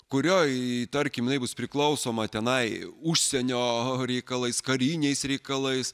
kurioje tarkim jinai bus priklausoma tenai užsienio reikalais kariniais reikalais